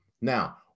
now